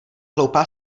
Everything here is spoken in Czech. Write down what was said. hloupá